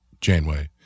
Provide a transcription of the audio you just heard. Janeway